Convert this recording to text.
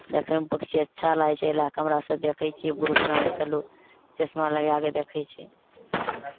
देखयमे पक्षी अच्छा लागै छै एहि लए कऽ हमरा सभ देखै छियै बूढ़ पुरान सभ लोक चश्मा लगाए कऽ देखै छै